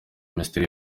minisiteri